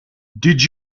did